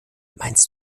meinst